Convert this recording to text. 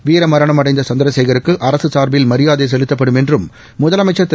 வீரமரணம் அடைந்த சந்திரசேகருக்கு அரசு சார்பில் மியாதை செலுத்தப்படும் என்றும் முதலமைச்சா் திரு